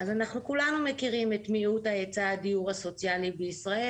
כולנו מכירים את מיעוט ההיצע הדיור הסוציאלי בישראל